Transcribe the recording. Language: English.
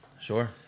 Sure